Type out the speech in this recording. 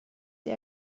sie